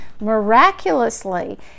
miraculously